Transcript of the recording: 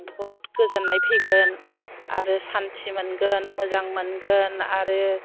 बहुद गोजोननाय फैगोन आरो सानथि मोनगोन मोजां मोनगोन आरो